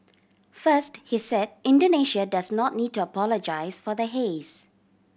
first he said Indonesia does not need to apologise for the haze